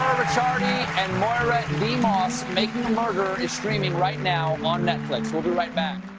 ricciardi, and moira demos, making a murderer is streaming right now on netflix. we'll be right back.